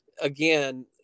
again